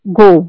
go